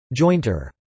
Jointer